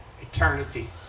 eternity